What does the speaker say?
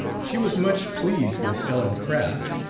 she was much pleased with ellen craft,